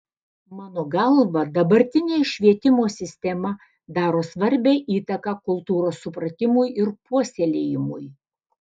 mano galva dabartinė švietimo sistema daro svarbią įtaką kultūros supratimui ir puoselėjimui